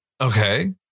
Okay